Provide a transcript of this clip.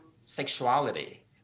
sexuality